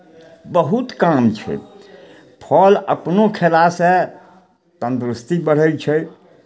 बहुत काम छै फल अपनो खयलासँ तन्दुरुस्ती बढ़ै छै